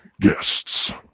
guests